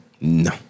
No